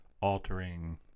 altering